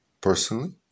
personally